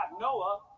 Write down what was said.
Noah